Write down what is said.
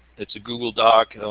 it's a google doc and